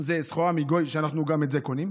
אלא אם כן זאת סחורה מגוי, שאנחנו גם את זה קונים.